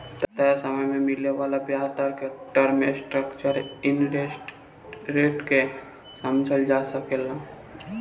तय समय में मिले वाला ब्याज दर के टर्म स्ट्रक्चर इंटरेस्ट रेट के से समझल जा सकेला